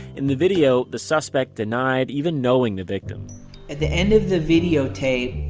in the video, the suspect denies even knowing the victim at the end of the videotape,